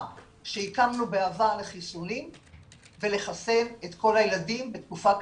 שהקמנו בעבר לחיסונים ולחסן את כל הילדים בתקופה קצרה.